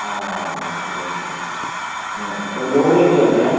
ആ okay okay load കയറ്റിയ വണ്ടിയാണോ